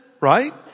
right